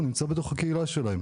הוא נמצא בתוך הקהילה שלהם